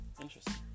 interesting